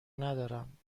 ندارم